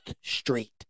Street